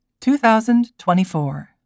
2024